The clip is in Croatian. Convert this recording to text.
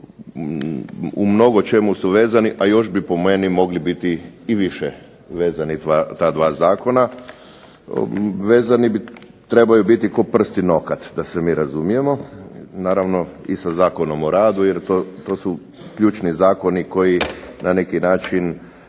u mnogočemu su vezani, a još bi po meni mogli biti i više vezani, ta dva zakona. Vezani trebaju biti k'o prst i nokat, da se mi razumijemo, naravno i sa Zakonom o radu jer to su ključni zakoni koji ne neki način